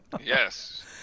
yes